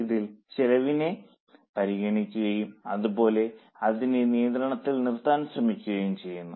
ഇതിൽ ചെലവിനെ പരിശോധിക്കുകയും അതുപോലെ അതിനെ നിയന്ത്രണത്തിൽ നിർത്താൻ ശ്രമിക്കുകയും ചെയ്യുന്നു